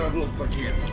look back here.